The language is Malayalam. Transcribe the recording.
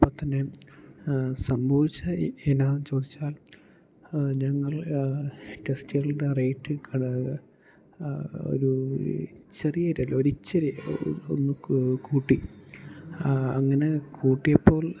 അപ്പോള്ത്തന്നെ സംഭവിച്ചത് എന്താണെന്നു ചോദിച്ചാൽ ഞങ്ങൾ ടെസ്റ്റുകളുടെ റേറ്റ് കട ഒരു ചെറിയതല്ല ഒരു ഇച്ചിരി ഒന്നു കൂട്ടി അങ്ങനെ കൂട്ടിയപ്പോൾ